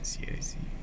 I see I see